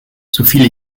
soviel